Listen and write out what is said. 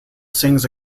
sings